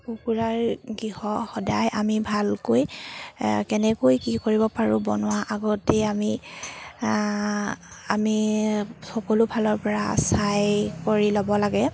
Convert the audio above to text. কুকুৰাৰ গৃহ সদায় আমি ভালকৈ কেনেকৈ কি কৰিব পাৰোঁ বনোৱা আগতেই আমি আমি সকলোফালৰপৰা চাই কৰি ল'ব লাগে